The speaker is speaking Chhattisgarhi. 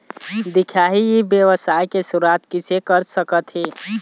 दिखाही ई व्यवसाय के शुरुआत किसे कर सकत हे?